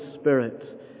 Spirit